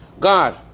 God